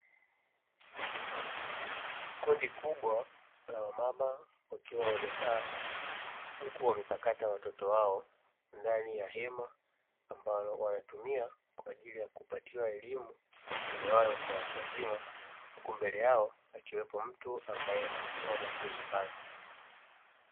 Kundi kubwa la mama wakiwa wamekaa huku wamepakata watoto wao ndani ya hema ambalo wanatumia kwa ajili ya kupatiwa elimu itolewayo kwa watu wazima. Huku mbele yao akiwepo mtu ambaye anatoa mafunzo hayo.